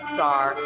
Star